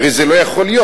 הרי זה לא יכול להיות,